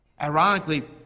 Ironically